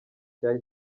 cya